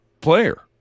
player